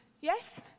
Yes